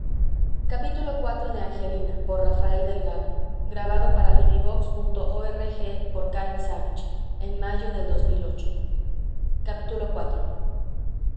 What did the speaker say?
sermón en mayo mes